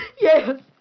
Yes